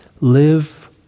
Live